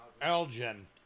Elgin